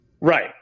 Right